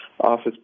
office